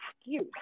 excuse